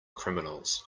criminals